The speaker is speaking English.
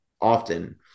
often